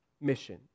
mission